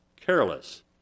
careless